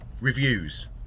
Reviews